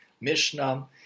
Mishnah